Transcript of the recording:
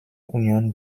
union